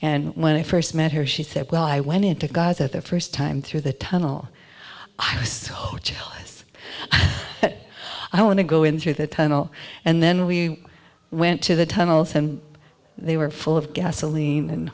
and when i first met her she said well i went into gaza the first time through the tunnel which was that i want to go in through the tunnel and then we went to the tunnels and they were full of gasoline and